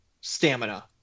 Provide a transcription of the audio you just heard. stamina